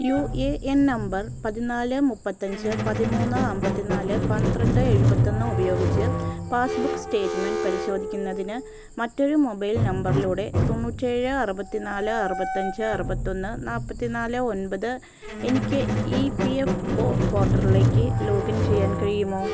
U A N number പതിനാല് മുപ്പത്തഞ്ച് പതിമൂന്ന് അൻപത്തി നാല് പന്ത്രണ്ട് എഴുപത്തൊന്ന് ഉപയോഗിച്ച് പാസ്ബുക്ക് സ്റ്റേറ്റ്മെൻറ്റ് പരിശോധിക്കുന്നതിന് മറ്റൊരു മൊബൈൽ നമ്പറിലൂടെ തൊണ്ണൂറ്റേഴ് അറുപത്തി നാല് അറുപത്തഞ്ച് അറുപത്തൊന്ന് നാൽപ്പത്തി നാല് ഒൻപത് എനിക്ക് ഇ പി എഫ് പോർട്ടലിലേക്ക് ലോഗിൻ ചെയ്യാൻ കഴിയുമോ